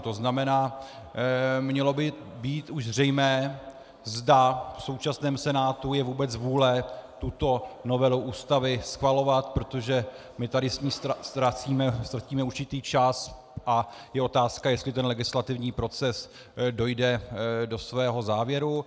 To znamená, mělo by být už zřejmé, zda v současném Senátu je vůbec vůle tuto novelu Ústavy schvalovat, protože my tady s ní ztratíme určitý čas a je otázka, jestli ten legislativní proces dojde do svého závěru.